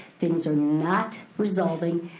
things are not resolving.